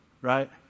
right